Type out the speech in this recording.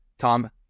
Tom